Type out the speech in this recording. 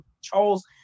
Charles